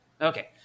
Okay